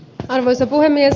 arvoisa puhemies